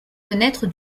connaître